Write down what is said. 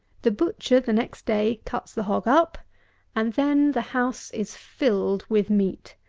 the butcher, the next day, cuts the hog up and then the house is filled with meat!